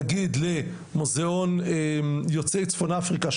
נגיד למוזיאון יוצאי צפון אפריקה,